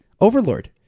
Overlord